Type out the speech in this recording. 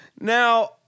Now